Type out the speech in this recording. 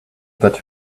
that